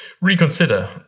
reconsider